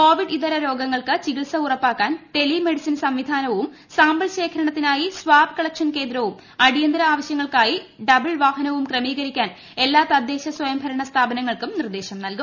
Covid ഇതര രോഹൃങ്ങ്ൾക്ക് ചികിത്സ ഉറപ്പാക്കാൻ ടെലിമെഡിസിൻ സംവിധാനവും സാമ്പിൾ ശേഖരണത്തിനായി സ്വാബ് കളക്കഷൻ കേന്ദ്രവ്ടും അ്ടിയന്തര ആവശ്യങ്ങൾക്കായി ഡബിൾ വാഹനവും ക്രുമീക്കിക്കാൻ എല്ലാ തദ്ദേശ സ്വയംഭരണ സ്ഥാപനങ്ങൾക്കും നിർദ്ദേശം നൽകും